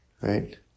right